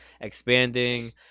expanding